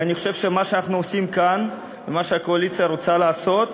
אני חושב שמה שאנחנו עושים כאן ומה שהקואליציה רוצה לעשות,